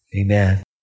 Amen